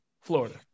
Florida